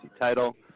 title